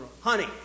honey